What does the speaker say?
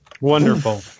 Wonderful